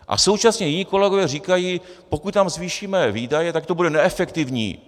A současně jiní kolegové říkají: Pokud tam zvýšíme výdaje, tak to bude neefektivní.